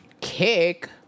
kick